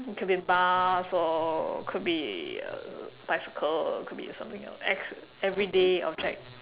it could be a bus or could be a bicycle or could be something else ex~ everyday object